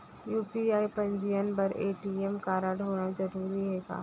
UPI पंजीयन बर ATM कारडहोना जरूरी हे का?